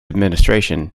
administration